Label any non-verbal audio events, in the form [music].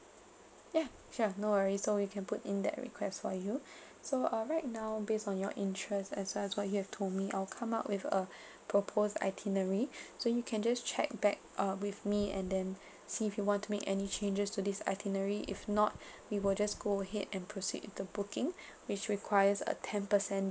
ya sure no worry so we can put in that request for you [breath] so uh right now based on your interest as well as what you have told me I'll come up with a proposed itinerary so you can just check back uh with me and then see if you want to make any changes to this itinerary if not we will just go ahead and proceed with the booking which requires a ten per cent